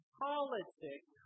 politics